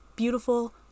beautiful